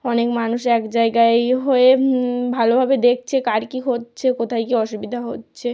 অনেক মানুষ এক জায়গায় হয়ে ভালোভাবে দেখছে কার কী হচ্ছে কোথায় কী অসুবিধা হচ্ছে